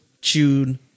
tune